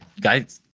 guys